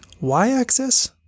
Y-axis